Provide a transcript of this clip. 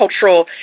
cultural